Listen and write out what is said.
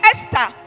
Esther